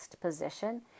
position